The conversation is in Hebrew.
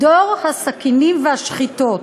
דור הסכינים והשחיטות.